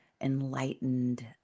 enlightened